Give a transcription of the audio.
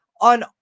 on